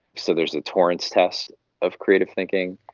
so there's the torrance test of creative thinking,